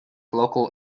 local